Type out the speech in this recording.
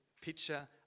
picture